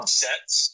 sets